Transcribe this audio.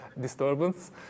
disturbance